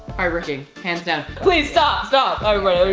hardworking. hands down. please stop, stop! alright